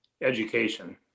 education